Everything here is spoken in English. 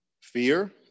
fear